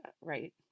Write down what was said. right